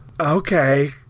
okay